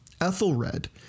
Ethelred